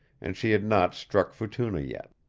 and she had not struck futuna yet.